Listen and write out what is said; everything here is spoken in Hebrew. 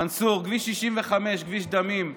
מנסור, כביש 65, כביש דמים,